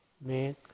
make